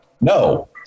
no